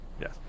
Yes